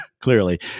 clearly